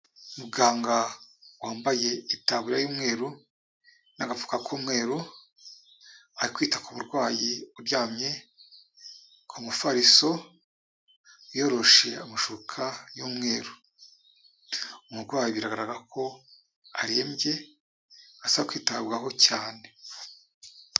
Muganga wambaye itabura y'umweru n'agafuka k'umweru, ari kwita ku murwayi uryamye ku mufariso, yoroshe amashuka y'umweru, umurwayi biragaragara ko arembye aza kwitabwaho cyane.